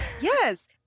Yes